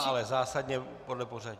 Ale zásadně podle pořadí.